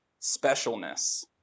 specialness